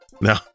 No